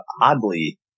oddly